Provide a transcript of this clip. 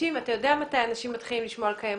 אתה יודע מתי אנשים מתחילים לשמוע על קיימות,